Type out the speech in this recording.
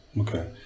okay